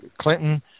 Clinton